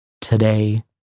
today